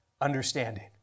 understanding